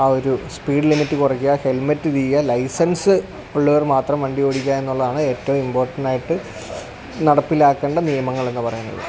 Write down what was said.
ആ ഒരു speed limit കുറയ്ക്കുക ഹെൽമെറ്റ് വിയ്യാ ലൈസൻസ് ഉള്ളവർ മാത്രം വണ്ടി ഓടിക്കുക എന്നുള്ളതാണ് ഏറ്റവും ഇംപോർട്ടൻ്റ് ആയിട്ടു നടപ്പിലാക്കേണ്ട നിയമങ്ങൾ എന്ന് പറയുന്നത്